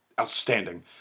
outstanding